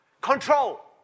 control